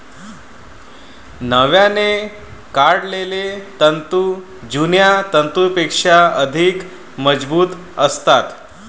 नव्याने काढलेले तंतू जुन्या तंतूंपेक्षा अधिक मजबूत असतात